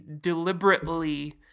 deliberately